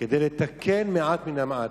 כדי לתקן מעט מן המעט.